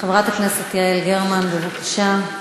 חברת הכנסת יעל גרמן, בבקשה.